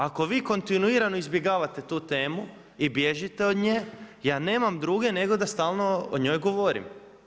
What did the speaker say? Ako vi kontinuirano izbjegavate tu temu, i bježite od nje, ja nemam druge, nego da stalno o njoj govorim.